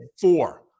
Four